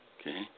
Okay